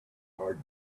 hard